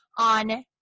on